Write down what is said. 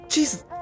Jesus